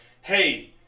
hey